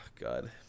God